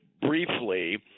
briefly